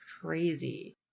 crazy